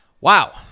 Wow